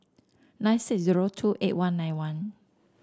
nine six zero two eight one nine one